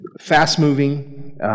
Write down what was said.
Fast-moving